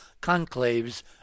conclaves